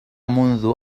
منذ